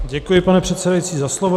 Děkuji, pane předsedající za slovo.